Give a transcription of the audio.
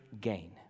gain